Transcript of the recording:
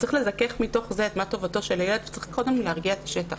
וצריך לזכך מתוך זה את טובתו של הילד וצריך קודם להרגיע את השטח.